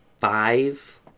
five